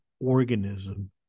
organism